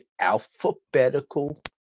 alphabetical